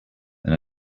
then